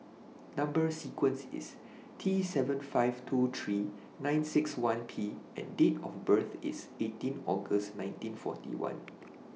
Number sequence IS T seven five two three nine six one P and Date of birth IS eighteen August nineteen forty one